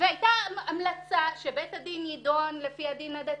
והייתה המלצה שבית הדין ידון לפי הדין הדתי,